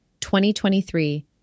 2023